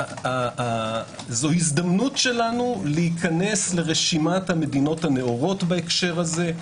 זו הזדמנות שלנו להיכנס לרשימת המדינות הנאורות בהקשר הזה.